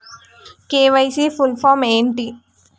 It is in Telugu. కే.వై.సీ ఫుల్ ఫామ్ ఏంటి?